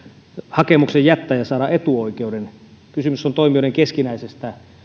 hakemuksen jättää ja saada etuoikeuden kysymys on toimijoiden keskinäisestä